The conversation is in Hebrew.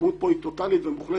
העצמאות פה היא טוטלית ומוחלטת.